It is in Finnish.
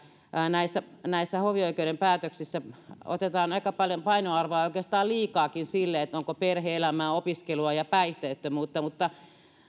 näissä näissä hovioikeuden päätöksissä annetaan aika paljon painoarvoa oikeastaan liikaakin sille onko perhe elämää opiskelua ja päihteettömyyttä